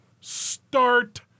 start